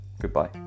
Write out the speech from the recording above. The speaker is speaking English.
goodbye